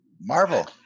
Marvel